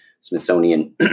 Smithsonian